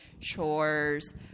chores